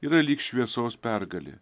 yra lyg šviesos pergalė